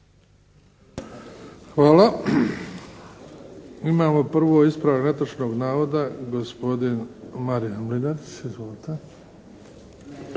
Hvala. Imamo prvo ispravak netočnog navoda, gospodin Marijan Mlinarić. Izvolite.